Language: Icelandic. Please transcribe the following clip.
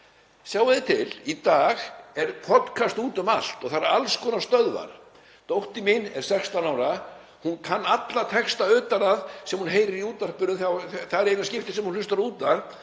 Sjáið þið til, í dag er podcast út um allt og það eru alls konar stöðvar. Dóttir mín er 16 ára, hún kann alla texta utan að sem hún heyrir í útvarpinu. Það er í eina skiptið sem hún hlustar á